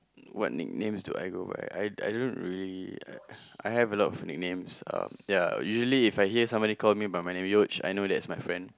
what nicknames do I go by I I don't really I have a lot of nicknames um ya usually If I hear somebody call me by my name Yoj I know that's my friend